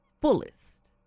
fullest